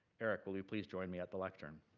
eric, will you please join me at the lectern?